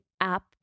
app